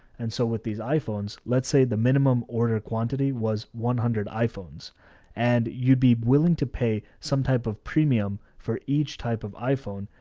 and so with these iphones, let's say the minimum order quantity was one hundred iphones and you'd be willing to pay some type of premium for each type of iphone,